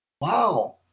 wow